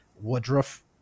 Woodruff